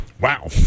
Wow